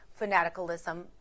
fanaticalism